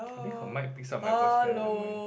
I think her mic picks up my voice better than mine